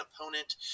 opponent